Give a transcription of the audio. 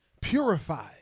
purified